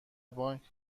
بانک